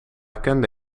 kende